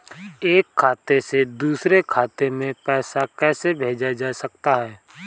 एक खाते से दूसरे खाते में पैसा कैसे भेजा जा सकता है?